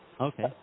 okay